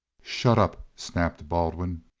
shut up! snapped baldwin.